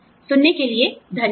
सुनने के लिए धन्यवाद